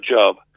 job